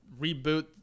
reboot